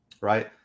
right